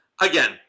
again